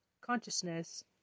consciousness